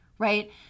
right